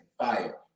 Fire